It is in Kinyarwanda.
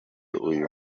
uyu